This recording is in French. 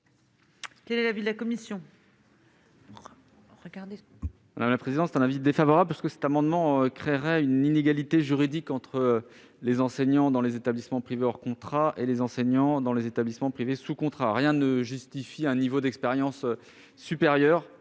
Quel est l'avis de la commission